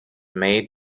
made